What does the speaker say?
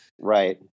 right